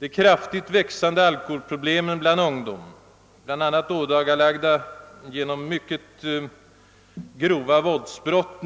De kraftigt växande alkoholproblemen bland ungdom — nyligen ådagalagda genom mycket grova våldsbrott